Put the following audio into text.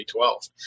2012